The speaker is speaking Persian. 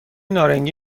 نارنگی